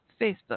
Facebook